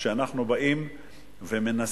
ואנחנו באים ומנסים,